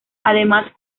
además